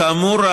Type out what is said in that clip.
כאמור,